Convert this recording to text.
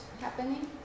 happening